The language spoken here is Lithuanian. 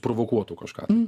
provokuotų kažką tai